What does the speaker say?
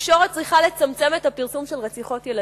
"התקשורת צריכה לצמצם את הפרסום של רציחות ילדים".